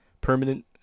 permanent